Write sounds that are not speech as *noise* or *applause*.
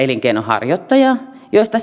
*unintelligible* elinkeinonharjoittajaa joista *unintelligible*